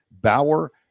Bauer